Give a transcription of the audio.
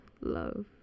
love